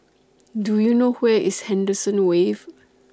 Do YOU know Where IS Henderson Wave